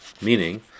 meaning